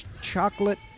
chocolate